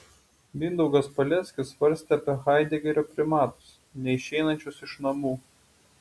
mindaugas peleckis svarstė apie haidegerio primatus neišeinančius iš namų